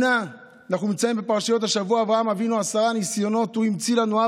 אנחנו נמצאים בפרשת השבוע שבה אברהם אבינו עשרה ניסיונות הוא המציא לנו,